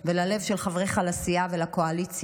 וללב של חבריך לסיעה ולקואליציה: